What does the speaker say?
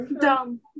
Dumb